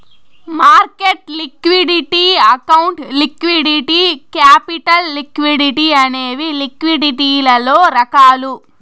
market liquidity account liquidity capital liquidity అనేవి లిక్విడిటీలలో రకాలు